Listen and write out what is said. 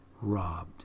robbed